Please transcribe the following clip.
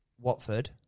Watford